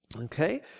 Okay